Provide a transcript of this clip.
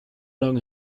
long